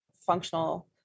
functional